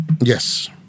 Yes